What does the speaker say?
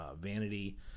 vanity